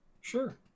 Sure